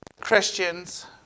Christians